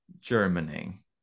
Germany